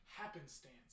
happenstance